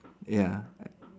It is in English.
ya